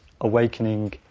awakening